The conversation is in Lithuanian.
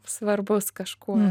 svarbus kažkuo